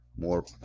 more